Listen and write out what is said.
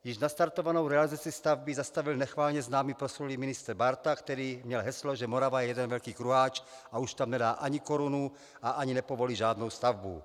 Již nastartovanou realizaci stavby zastavil nechvalně známý, proslulý ministr Bárta, který měl heslo, že Morava je jeden velký kruháč a už tam nedá ani korunu a ani nepovolí žádnou stavbu.